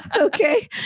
Okay